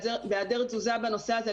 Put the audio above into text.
בהיעדר תזוזה בנושא הזה,